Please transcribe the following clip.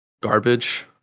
garbage